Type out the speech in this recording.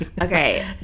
okay